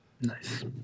Nice